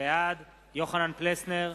בעד יוחנן פלסנר,